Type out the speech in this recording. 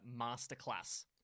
Masterclass